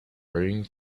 hurrying